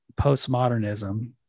postmodernism